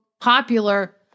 popular